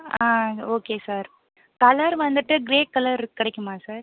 ஆ okay sir colour வந்துட்டு grey colour கிடைக்குமா sir